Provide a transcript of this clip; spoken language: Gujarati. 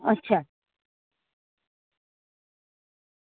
અચ્છા